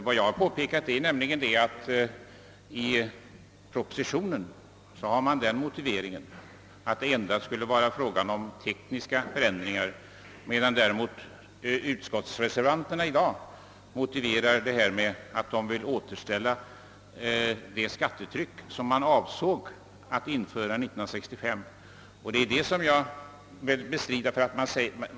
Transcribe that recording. Vad jag har påpekat är nämligen att i propositionen motiveras förslagen med att det endast skulle vara fråga om tekniska förändringar, medan däremot utskottsreservanterna säger att de vill återställa det skattetryck som man avsåg att införa 1965: Detta bestrider jag.